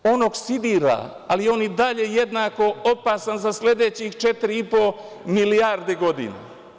On oksidira, ali je on i dalje jednako opasan za sledećih 4,5 milijardi godina.